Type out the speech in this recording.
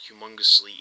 humongously